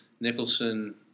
Nicholson